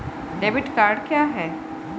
Debit card क्या है?